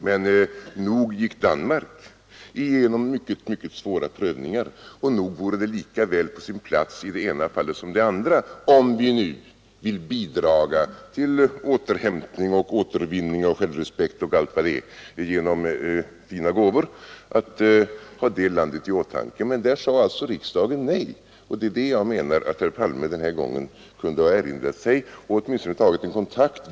Men nog gick Danmark igenom mycket, mycket svåra prövningar och nog vore det lika väl på sin plats, om vi nu vill bidra genom fina gåvor till återhämtning och återvinning av självrespekt och allt vad det gäller, att ha det landet i åtanke. Men i det fallet sade alltså riksdagen nej, och jag menar att herr Palme den här gången kunde ha erinrat sig detta och åtminstone tagit kontakt.